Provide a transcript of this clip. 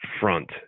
front